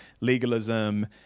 legalism